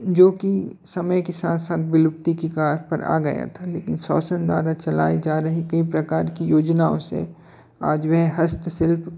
जोकि समय के साथ साथ विलुप्ति की कगार पर आ गया था लेकिन साशन द्वारा चलाए जा रही कई प्रकार की योजनाओं से आज वे हस्त शिल्प